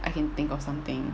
I can think of something